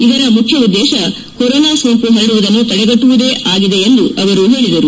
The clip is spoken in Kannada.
ಇದರ ಮುಖ್ಯ ಉದ್ದೇಶ ಕೊರೊನಾ ಸೊಂಕು ಪರಡುವುದನ್ನು ತಡೆಗಟ್ಟುವುದೇ ಆಗಿದೆ ಎಂದು ಹೇಳಿದರು